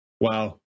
Wow